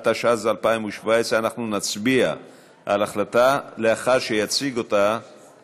התשע"ז 2017. אנחנו נצביע על ההצעה לאחר שיציג אותה